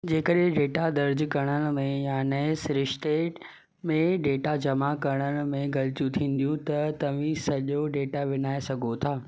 जेकॾहिं डेटा दर्जु करणु में या नए सिरिश्ते में डेटा जमा करणु में ग़लतियूं थींदियूं त तव्हीं सॼो डेटा विञाए सघो था